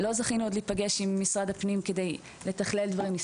אבל עדיין לא זכינו להיפגש עם משרד הפנים כדי לתכלל דברים.